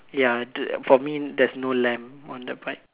ya th~ for me there is no lamp on the bike